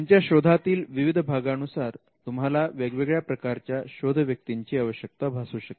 तुमच्या शोधातील विविध भागानुसार तुम्हाला वेगवेगळ्या प्रकारच्या शोध व्यक्तींची आवश्यकता भासू शकते